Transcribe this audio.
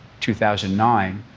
2009